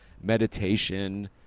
meditation